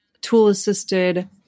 tool-assisted